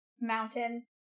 Mountain